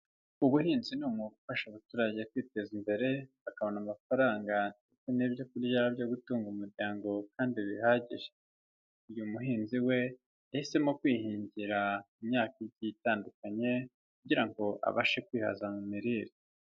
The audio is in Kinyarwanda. Ubuhinzi ni umwuga ufasha abaturage kwiteza imbere, bakabona amafaranga ndetse n'ibyokurya byo gutunga umuryango kandi bihagije. Uyu muhinzi we yahisemo kwihingira imyaka igiye itandukanye kugira ngo abashe kwihaza mu mirire.